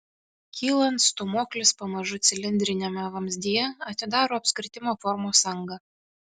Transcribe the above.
kylant stūmoklis pamažu cilindriniame vamzdyje atidaro apskritimo formos angą